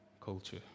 culture